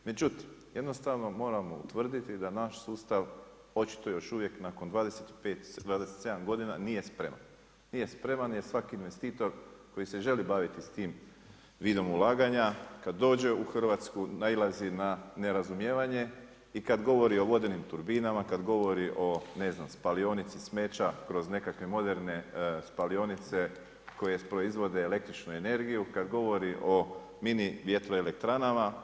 Međutim, jednostavno moramo utvrditi da naš sustav očito još uvijek nakon 27 godina nije spreman, nije spreman jer svaki investitor koji se želi baviti s tim vidom ulaganja kad dođe u Hrvatsku nailazi na nerazumijevanje i kad govori o vodenim turbinama, kad govori o ne znam spalionici smeća kroz nekakve moderne spalionice koje proizvode električnu energiju, kad govori o mini vjetroelektranama.